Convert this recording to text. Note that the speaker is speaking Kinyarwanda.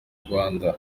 urwanda